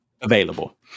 available